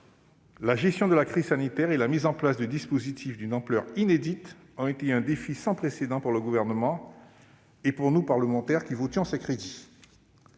La gestion de la crise sanitaire et la mise en place de dispositifs d'une ampleur inédite ont constitué un défi sans précédent pour le Gouvernement et pour nous, parlementaires, qui avons voté ces crédits.